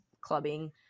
clubbing